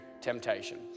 temptation